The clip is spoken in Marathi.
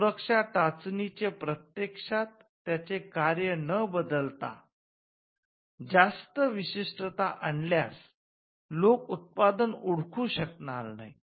सुरक्षा चाचणी चे प्रत्यक्षात त्याचे कार्य न बदलता जास्त विशिष्टता आणल्यास लोक उत्पादन ओळखू शकणार नाहीत